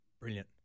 brilliant